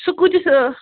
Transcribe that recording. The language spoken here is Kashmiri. سُہ کۭتِس